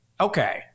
okay